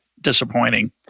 disappointing